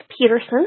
Peterson